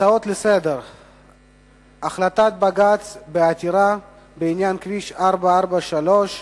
הצעות לסדר-היום בנושא: החלטת בג"ץ בעתירה בעניין כביש 443,